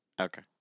Okay